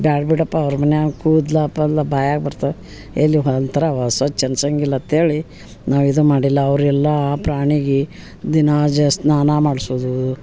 ಬ್ಯಾಡ ಬಿಡಪ್ಪ ಅವ್ರ ಮನ್ಯಾಗ ಕೂದ್ಲ ಆಪಲ್ ಬಾಯಾಗ ಬರ್ತ ಎಲ್ಲಿ ಹೊಲ್ತ್ರವ ಸ್ವಚ್ಛ ಅನ್ಸಂಗಿಲ್ಲ ಅಂತೇಳಿ ನಾವು ಇದು ಮಾಡಿಲ್ಲ ಅವ್ರ ಎಲ್ಲಾ ಪ್ರಾಣಿಗಿ ದಿನ ಜ ಸ್ನಾನ ಮಾಡ್ಸುದು